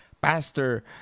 Pastor